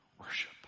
worship